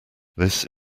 this